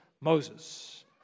Moses